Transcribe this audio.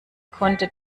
konnte